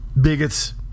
bigots